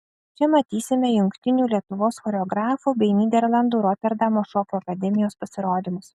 čia matysime jungtinių lietuvos choreografų bei nyderlandų roterdamo šokio akademijos pasirodymus